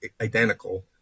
identical